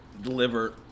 deliver